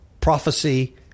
prophecy